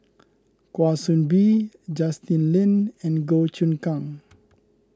Kwa Soon Bee Justin Lean and Goh Choon Kang